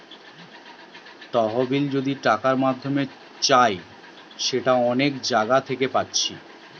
তহবিল যদি টাকার মাধ্যমে চাই সেটা অনেক জাগা থিকে পাচ্ছি